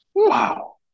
Wow